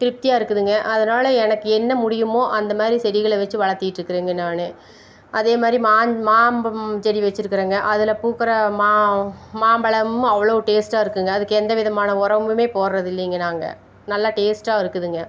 திருப்தியாக இருக்குதுங்க அதனால் எனக்கு என்ன முடியுமோ அந்த மாதிரி செடிகளை வச்சு வளர்த்திட்ருக்குறேங்க நானும் அதே மாதிரி மா மாம்பம் செடி வச்சுருக்குறேங்க அதில் பூக்கிற மா மாம்பழமும் அவ்வளோ டேஸ்ட்டாக இருக்குங்க அதுக்கு எந்த விதமான உரமுமே போடுறது இல்லைங்க நாங்கள் நல்லா டேஸ்ட்டாக இருக்குதுங்க